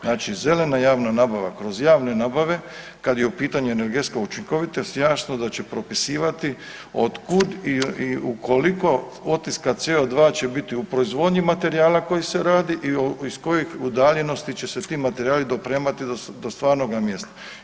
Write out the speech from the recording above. Znači zelena javna nabava kroz javne nabave kada je u pitanju energetska učinkovitost jasno da će propisivati od kud i koliko otiska CO2 će biti u proizvodnji materijala koji se radi i iz koje udaljenosti će se ti materijali dopremati do stvarnoga mjesta.